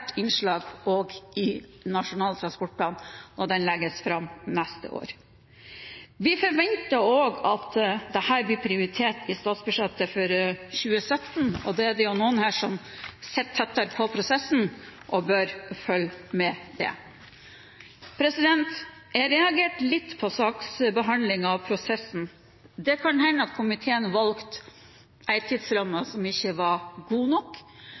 innslag i Nasjonal transportplan, og den legges fram neste år. Vi forventer også at dette blir prioritert i statsbudsjettet for 2017. Det er noen her som sitter tettere på prosessen og bør følge med på den. Jeg reagerte litt på saksbehandlingsprosessen. Det kan hende at komiteen valgte en tidsramme som ikke var god nok,